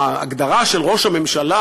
ההגדרה של ראש הממשלה,